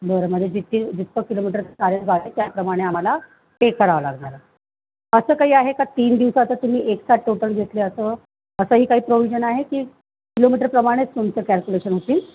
बरं म्हणजे जितकी जितकं किलोमीटर सारे झाले त्याप्रमाणे आम्हाला पे करावं लागणारे असं काही आहे का तीन दिवसाचं तुम्ही एक साथ टोटल घेतले असं असंही काही प्रोविजन आहे की किलोमीटरप्रमाणेच तुमचं कॅल्कुलेशन होतील